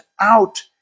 out